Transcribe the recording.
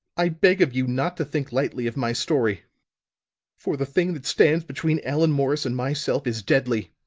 i beg of you not to think lightly of my story for the thing that stands between allan morris and myself is deadly.